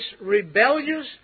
rebellious